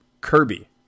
Kirby